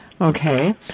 Okay